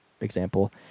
example